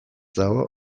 dago